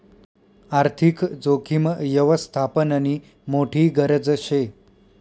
आर्थिक जोखीम यवस्थापननी मोठी गरज शे